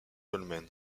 dolmens